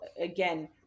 again